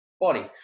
body